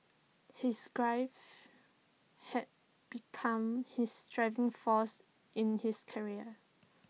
his grief had become his driving force in his career